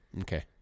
Okay